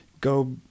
go